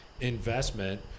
investment